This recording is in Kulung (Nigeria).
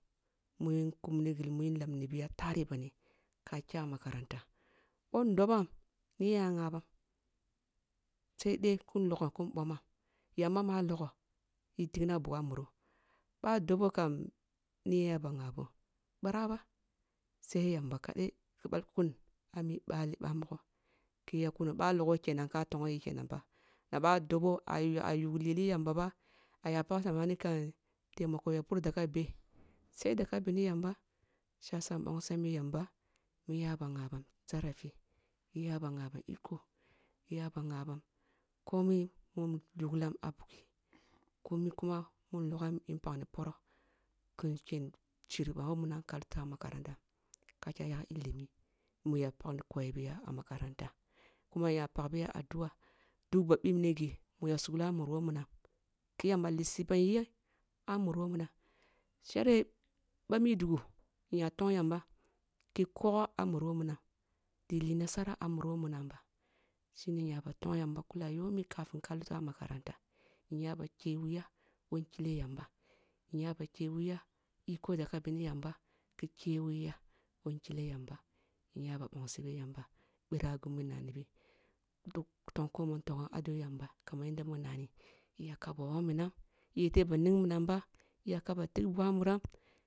Mu yin kumni ghi min ya lamni bi ya tare bano ka kya makaranta boh ndobam niyen ya ngha bam saidas kin logoh kin bomoh yamba ma logho i tig na bugwa muro ъah dobo kam niyen ah ba ngha boh ъira bah sal yamba kadai ki ъlkun ami ъali ъah ogho ki ya kuno ъa’a logho kenan ta tongho yi kenan pha na ъah dbo agu-ayugli lili yamba ba a ya pag samani kan talmako yoh ya ya daga beh sai daka bini yamba shi jasa nya bongsi bi yamba muya ba ngha bam zarafi mu ya ba ngha bam iko mu ya ba ngha bam komi boh nguglam ah bini kom, kuma boh nlogham kin pagni poroh kin ken nshiryi ba woh munam ka lutah makaranta ka kya yag ilimi muya pagni koye biya ah makarata kuma nya pag biya addua duk ba bibne ghi mu ya subli ah mari who manam kii yamba lisi bam ye ah mun who munam shereh bah mi dugu nyo tong yamba kii kogho ah muri woh munam ɗi lih nasara ah mari woh munam ba shine nya ba tong yamba kula yomi kafin ka lutah makarrata nya ba kemiya woh nkile yamba nyaba keweya iko daka bene yamba ki kewiya woh iko daka bene yamba ki kewiya woh nkileh yamba nya ba bongsi bi yamba ъira ghimu nani bi dug tong ko man ntong ah bughi yamba kaman yanda munnani iyaka ba wogh minam iyete ba ning minam ba iyak ba tig bugah muram